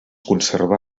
conservà